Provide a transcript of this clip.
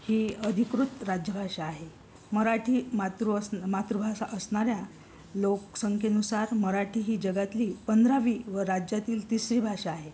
ही अधिकृत राज्यभाषा आहे मराठी मातृ असणं मातृभाषा असणाऱ्या लोकसंख्येनुसार मराठी ही जगातली पंधरावी व राज्यातील तिसरी भाषा आहे